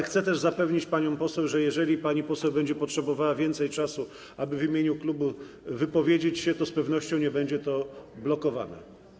Chcę też zapewnić panią poseł, że jeżeli pani poseł będzie potrzebowała więcej czasu, aby w imieniu klubu wypowiedzieć się, to z pewnością nie będzie to blokowane.